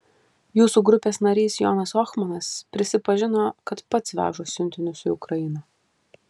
jūsų grupės narys jonas ohmanas prisipažino kad pats veža siuntinius į ukrainą